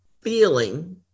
feeling